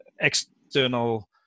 external